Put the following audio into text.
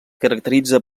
caracteritza